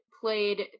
played